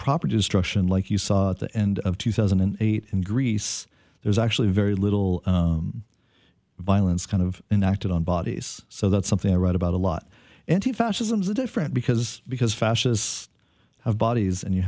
property destruction like you saw at the end of two thousand and eight in greece there's actually very little violence kind of an acted on bodies so that's something i write about a lot and he fascism is a different because because fascist have bodies and you